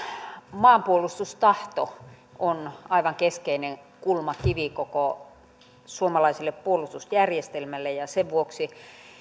maanpuolustustahto on aivan keskeinen kulmakivi koko suomalaiselle puolustusjärjestelmälle ja sen vuoksi